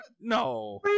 no